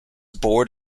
board